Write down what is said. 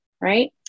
right